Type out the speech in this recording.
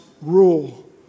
rule